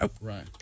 Right